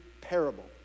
parable